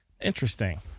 interesting